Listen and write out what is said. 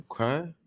Okay